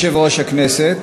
אדוני יושב-ראש הכנסת,